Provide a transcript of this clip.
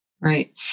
Right